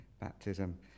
Baptism